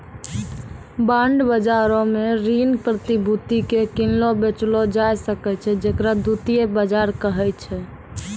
bond बजारो मे ऋण प्रतिभूति के किनलो बेचलो जाय सकै छै जेकरा द्वितीय बजार कहै छै